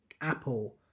Apple